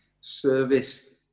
service